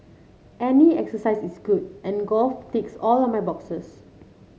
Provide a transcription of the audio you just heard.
any exercises is good and golf ticks all my boxes